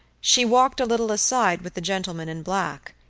she walked a little aside with the gentleman in black,